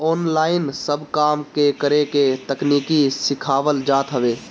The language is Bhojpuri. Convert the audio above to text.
ऑनलाइन सब काम के करे के तकनीकी सिखावल जात हवे